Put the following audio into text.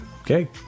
Okay